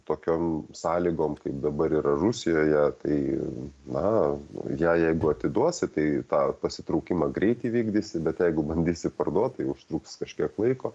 tokiom sąlygom kaip dabar yra rusijoje tai na ją jeigu atiduosi tai tą pasitraukimą greit įvykdysi bet jeigu bandysi parduot tai užtruks kažkiek laiko